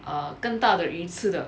uh 跟大的鱼吃的